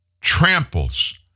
tramples